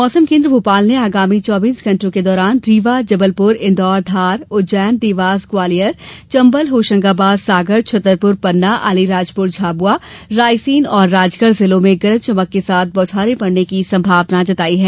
मौसम केंद्र भोपाल ने आगामी चौबीस घंटों के दौरान रीवा जबलप्र इंदौर धार उर्ज्जेन देवास ग्वालियर चंबल होशंगाबाद सागर छतरपुर पन्ना अलीराजपुर झाबुआ रायसेन और राजगढ़ जिलों में गरज चमक के साथ बौछारें पड़ने की संभावना जताई है